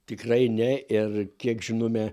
tikrai ne ir kiek žinome